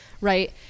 right